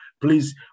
please